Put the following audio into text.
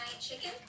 chicken